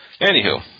Anywho